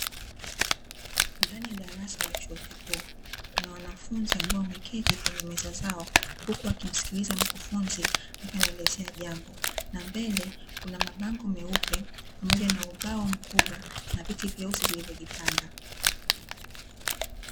Ndani ya darasa la chuo kikuu, kuna wanafunzi ambao wameketi kwenye meza zao huku wakimsikiliza mkufunzi akiwa anaelezea jambo. Na mbele kuna mabango meupe pamoja na ubao mkubwa na viti vyeusi vilivyojipanga.